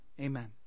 amen